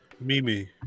Mimi